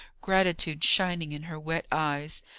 gratitude shining in her wet eyes.